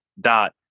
dot